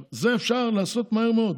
את זה אפשר לעשות מהר מאוד